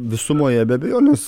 visumoje be abejonės